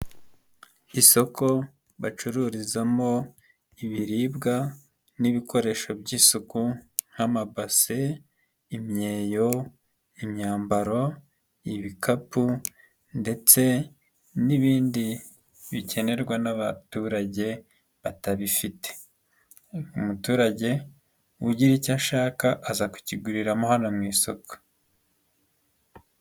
Isoko bacururizamo ibiribwa n'ibikoresho by'isuku, nk'amabase, imyeyo, imyambaro, ibikapu, ndetse n'ibindi bikenerwa n'abaturage batabifite, umuturage ugira icyo ashaka aza kukiguriramo hano mu isoko.